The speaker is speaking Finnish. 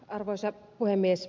arvoisa puhemies